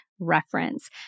reference